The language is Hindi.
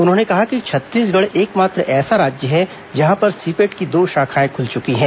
उन्होंने कहा कि छत्तीसगढ़ एकमात्र ऐसा राज्य है जहां पर सीपेट की दो शाखाए खुल चुकी हैं